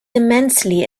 immensely